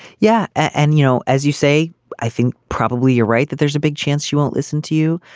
yeah. and you know as you say i think probably you're right that there's a big chance you won't listen to you.